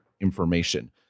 information